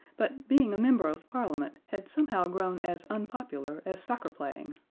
but being a member of parliament had somehow grown as unpopular as soccer playing,